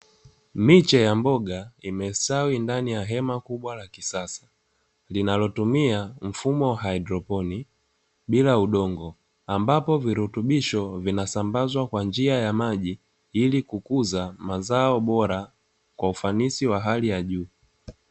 Miche ya mboga imestawi ndani ya hema kubwa la kisasa linalotumia mfumo wa hydroponiki bila udongo, ambapo virutubisho vinasambazwa kwa njia ya maji ili kukuza mazao bora kwa ufanisi wa hali ya juu.